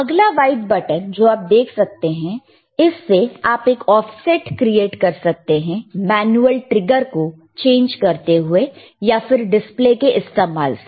अगला white button जो आप देख सकते हैं इससे आप एक ऑफसेट क्रिएट कर सकते हैं मैनुअल ट्रिगर को चेंज करते हुए या फिर डिस्प्ले के इस्तेमाल से